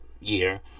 year